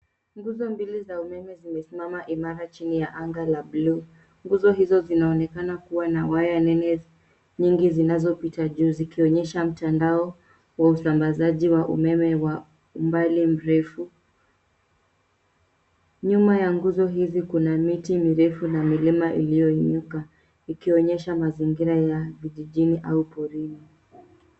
Nguzo mbili za umeme zimesimama imara chini ya anga la buluu. Nguzo hizo zinaonekana kuwa na waya nene nyingi zinazopita juu zikionyesha mtandao wa usamabazaji wa umeme wa umbali mrefu. Nyuma ya nguzo hizi kuna miti mirefu na milima iliyoinuka ikionyesha mazingira ya vijijini au porini.